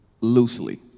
loosely